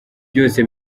byose